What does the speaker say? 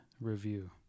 review